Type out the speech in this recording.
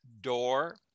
door